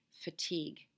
fatigue